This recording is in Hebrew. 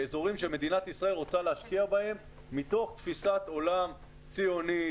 אזורים שמדינת ישראל רוצה להשקיע בהם מתוך תפיסת עולם ציונית,